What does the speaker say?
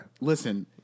Listen